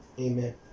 Amen